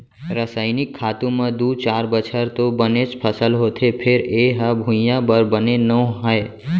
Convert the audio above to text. रसइनिक खातू म दू चार बछर तो बनेच फसल होथे फेर ए ह भुइयाँ बर बने नो हय